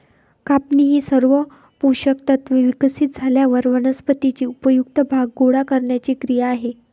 कापणी ही सर्व पोषक तत्त्वे विकसित झाल्यावर वनस्पतीचे उपयुक्त भाग गोळा करण्याची क्रिया आहे